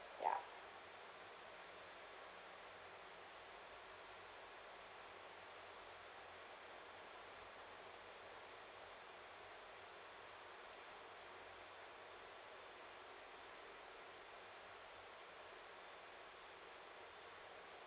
ya